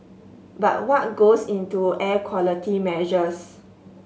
but what goes into air quality measures